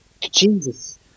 Jesus